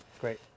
great